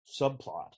subplot